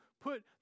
put